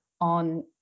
on